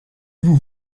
vous